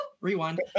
rewind